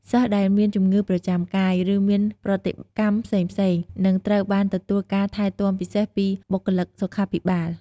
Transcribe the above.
សិស្សដែលមានជំងឺប្រចាំកាយ ឬមានប្រតិកម្មផ្សេងៗនឹងត្រូវបានទទួលការថែទាំពិសេសពីបុគ្គលិកសុខាភិបាល។